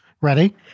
Ready